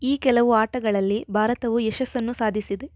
ಈ ಕೆಲವು ಆಟಗಳಲ್ಲಿ ಭಾರತವು ಯಶಸ್ಸನ್ನು ಸಾಧಿಸಿದೆ